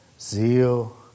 zeal